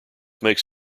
makes